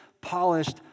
polished